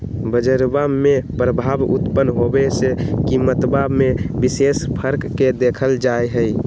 बजरवा में प्रभाव उत्पन्न होवे से कीमतवा में विशेष फर्क के देखल जाहई